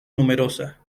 numerosa